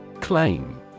Claim